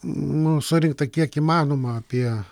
nu surinkta kiek įmanoma apie